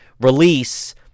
release